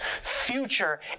future